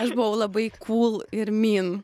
aš buvau labai kūl ir myn